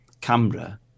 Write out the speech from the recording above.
camera